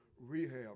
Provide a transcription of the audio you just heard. rehab